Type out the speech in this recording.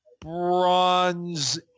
Bronze